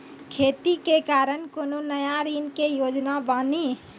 खेती के खातिर कोनो नया ऋण के योजना बानी?